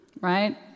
right